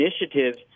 initiatives